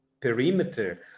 perimeter